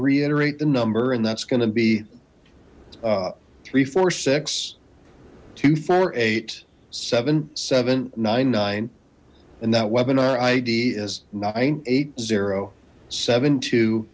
reiterate the number and that's gonna be three four six two four eight seven seven nine nine and that webinar id is nine eight zero seven t